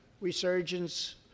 resurgence